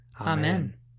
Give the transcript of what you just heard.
Amen